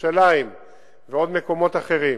ירושלים ועוד מקומות אחרים.